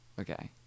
okay